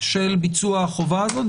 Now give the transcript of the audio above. של ביצוע החובה הזו.